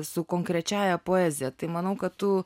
su konkrečiąja poezija tai manau kad tu